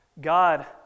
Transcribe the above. God